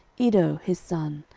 iddo his son,